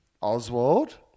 Oswald